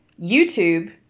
YouTube